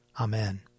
Amen